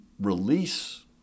release